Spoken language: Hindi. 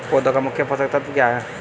पौधे का मुख्य पोषक तत्व क्या हैं?